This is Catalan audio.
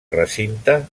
recinte